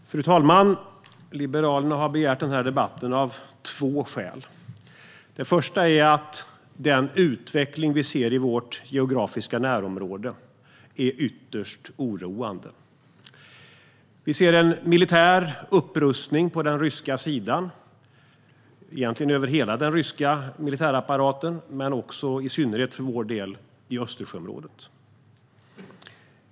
Aktuell debatt om Sveriges säkerhets-politiska situation Fru talman! Liberalerna har begärt den här debatten av två skäl. Till att börja med är den utveckling som vi ser i vårt geografiska närområde ytterst oroande. Vi ser en militär upprustning på den ryska sidan - egentligen över hela den ryska militärapparaten, och för vår del i synnerhet i Östersjöområdet.